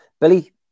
Billy